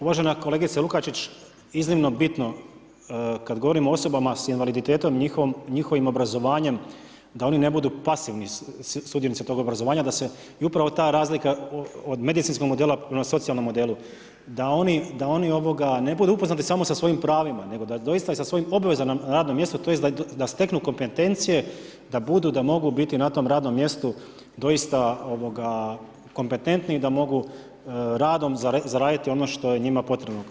Uvažena kolegice Lukačić, iznimno bitno kad govorimo o osobama s invaliditetom i njihovim obrazovanjem da oni ne budu pasivni sudionici tog obrazovanja da se i upravo ta razlika od medicinskog modela prema socijalnom modelu, da oni ne budu upoznati samo sa svojim pravima, nego da doista i sa svojim obvezama na radnom mjestu, tj. da steknu kompetencije da mogu biti na tom radnom mjestu doista kompetentni i da mogu radom zaraditi ono što je njima potrebno.